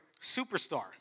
superstar